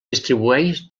distribueix